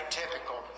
typical